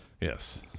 Yes